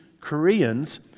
Koreans